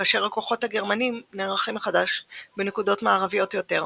כאשר הכוחות הגרמנים נערכים מחדש בנקודות מערביות יותר.